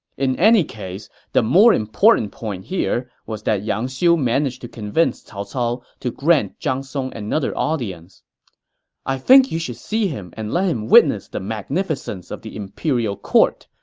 in any case, the more important point was that yang xiu managed to convince cao cao to grant zhang song another audience i think you should see him and let him witness the magnificence of the imperial court,